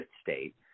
state